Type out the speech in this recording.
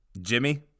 Jimmy